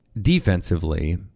Defensively